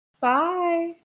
Bye